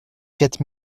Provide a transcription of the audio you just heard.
quatre